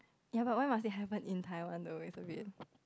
ya but why must it happen in Taiwan though it's a bit